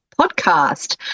podcast